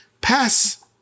pass